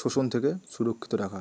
শোষণ থেকে সুরক্ষিত রাখা